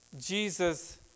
Jesus